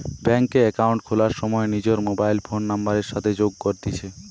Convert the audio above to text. bank এ account খোলার সময় নিজর মোবাইল ফোন নাম্বারের সাথে যোগ করতিছে